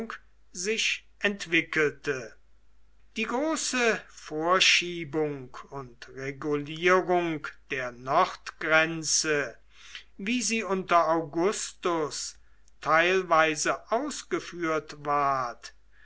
sich entwickelte die große vorschiebung und regulierung der nordgrenze wie sie unter augustus teilweise ausgeführt ward